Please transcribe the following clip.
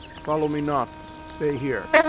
follow me not stay here.